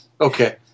Okay